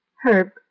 Herb